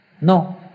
No